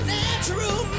natural